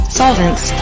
solvents